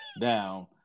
down